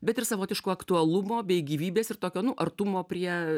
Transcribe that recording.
bet ir savotiško aktualumo bei gyvybės ir tokio nu artumo prie